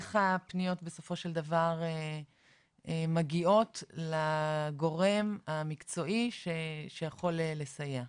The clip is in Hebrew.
ואיך הפניות בסופו של דבר מגיעות לגורם המקצועי שיכול לסייע?